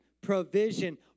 provision